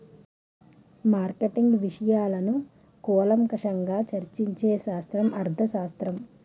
marketing విషయాలను కూలంకషంగా చర్చించే శాస్త్రం అర్థశాస్త్రం